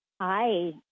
Hi